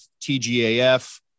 TGAF